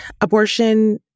abortion